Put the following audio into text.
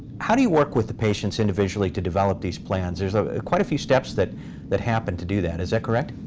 how do you work with the patients individually to develop these plans? there's ah quite a few steps that that happen to do that. is that correct?